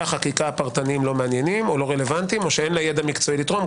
החקיקה הפרטניים לא מעניינים או לא רלוונטיים או אין לה ידע מקצועי לתרום?